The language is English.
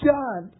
John